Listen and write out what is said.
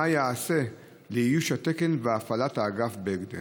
מה ייעשה לאיוש התקן ולהפעלת האגף בהקדם?